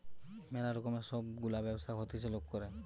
ম্যালা রকমের সব গুলা ব্যবসা হতিছে লোক করে